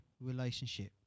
relationship